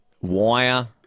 wire